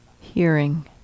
hearing